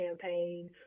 campaign